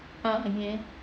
ah okay